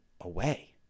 away